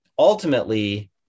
Ultimately